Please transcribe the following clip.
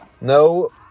No